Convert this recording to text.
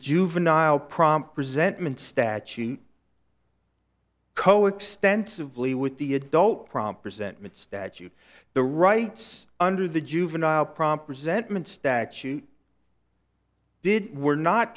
juvenile prompt presentment statute coextensive lee with the adult prompt resentment statute the rights under the juvenile prompt resentment statute did were not